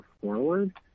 forward